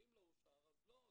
שאם לא אושר אז לא,